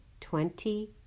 twenty